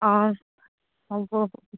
অঁ হ'ব